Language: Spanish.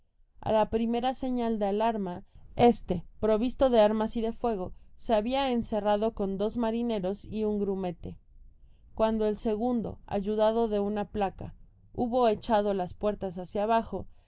a la primera señal de alarma este provisto de armas de fuego se habia encerrado con dos marineros y un grumete cuando el segundo ayudado de una palanca hubo echado la puerta abajo el